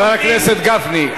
חבר הכנסת גפני.